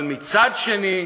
אבל מצד שני,